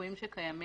הליקויים שקיימים.